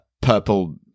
purple